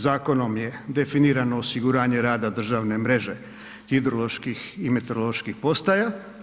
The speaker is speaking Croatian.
Zakonom je definirano osiguranje rada državne mreže hidroloških i meteoroloških postaja.